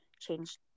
change